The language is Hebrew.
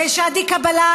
ושאדי קבלאן,